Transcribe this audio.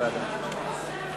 משרד